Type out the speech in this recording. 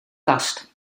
kast